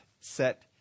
set